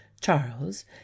charles